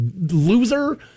loser